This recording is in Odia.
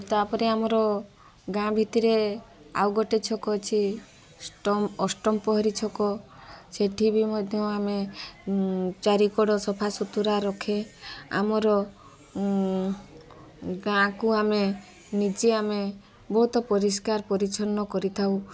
ତା'ପରେ ଆମର ଗାଁ ଭିତରେ ଆଉ ଗୋଟେ ଛକ ଅଛି ଅଷ୍ଟମ ପହରୀ ଛକ ସେଠିବି ମଧ୍ୟ ଆମେ ଚାରି କଡ଼ ସଫାସୁତୁରା ରଖେ ଆମର ଗାଁକୁ ଆମେ ନିଜେ ଆମେ ବହୁତ ପରିଷ୍କାର ପରିଚ୍ଛନ୍ନ କରିଥାଉ